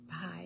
Bye